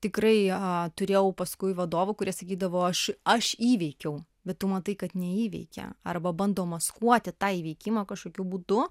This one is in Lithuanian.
tikrai a turėjau o paskui vadovų kurie sakydavo aš aš įveikiau bet tu matai kad neįveikė arba bando maskuoti tą įveikimą kažkokiu būdu